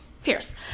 fierce